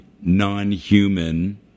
non-human